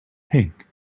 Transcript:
pink